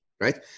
Right